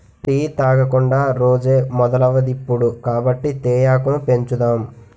tea తాగకుండా రోజే మొదలవదిప్పుడు కాబట్టి తేయాకును పెంచుదాం